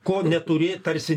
ko neturė tarsi